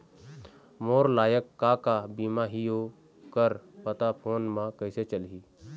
मोर लायक का का बीमा ही ओ कर पता फ़ोन म कइसे चलही?